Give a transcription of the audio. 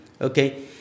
okay